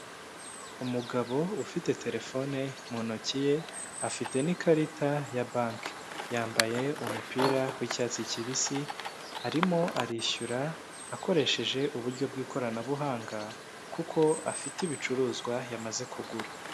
Umugabo ufite telefone mu ntoki ye afite n'ikarita ya banki, yambaye umupira wi'icyatsi kibisi, arimo arishyura akoresheje uburyo bw'ikoranabuhanga kuko afite ibicuruzwa yamaze kugura.